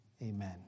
Amen